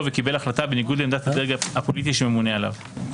וקיבל החלטה בניגוד לעמדת הדרג הפוליטי שממונה עליו.